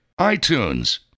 iTunes